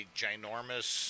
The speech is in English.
ginormous